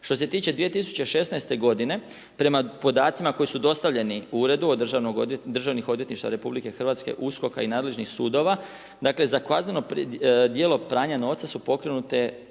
Što se tiče 2016. godine prema podacima koji su dostavljeni uredu od državnih odvjetništava RH, USKOK-a i nadležnih sudova dakle za kazneno djelo pranja novca su pokrenute